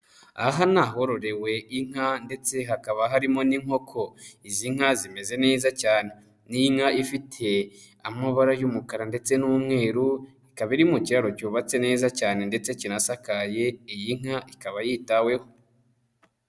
Aha ni ahororewe inka, ndetse hakaba harimo n'inkoko. Izi inka zimeze neza cyane. Ni inka ifite amabara y'umukara ndetse n'umweru, ikaba iri mu kiraro cyubatse neza cyane ndetse kinasakaye, iyi inka ikaba yitaweho.